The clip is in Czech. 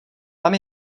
tam